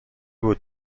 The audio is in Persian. بود